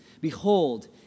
Behold